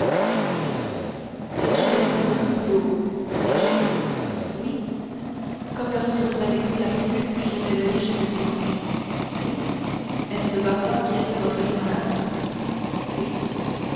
oui léger d'estomac ou lourd léger oui comme lorsque vous avez pris la pilule que je fais donner chaque dimanche oui est-ce barrois qui a fait votre limonade oui